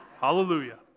Hallelujah